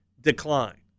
decline